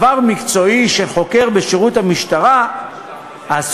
עבר מקצועי של חוקר בשירות המשטרה עשוי